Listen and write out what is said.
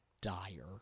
dire